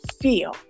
feel